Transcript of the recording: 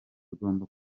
tugomba